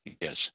yes